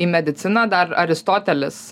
į mediciną dar aristotelis